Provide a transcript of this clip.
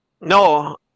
No